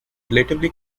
relatively